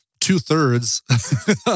two-thirds